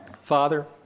Father